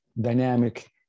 dynamic